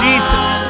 Jesus